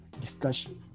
discussion